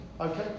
okay